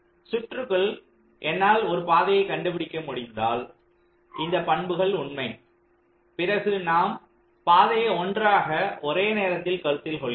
சுற்றுக்குள் என்னால் ஒரு பாதையை கண்டுபிடிக்க முடிந்தால் இந்த பண்புகள் உண்மை பிறகு நாம் பாதையை ஒன்றாக ஒரு நேரத்தில் கருத்தில் கொள்கிறோம்